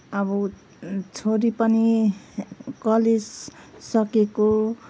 अब छोरी पनि कलेज सकेको